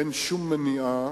אין שום מניעה